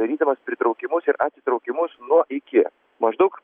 darydamas pritraukimus ir atitraukimus nuo iki maždaug